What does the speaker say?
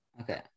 Okay